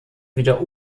wieder